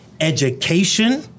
education